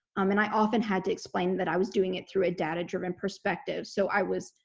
um and i often had to explain that i was doing it through a data driven perspective. so i was,